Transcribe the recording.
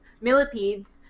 millipedes